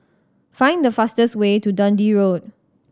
find the fastest way to Dundee Road